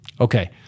Okay